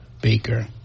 Baker